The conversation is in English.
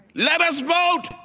let us vote.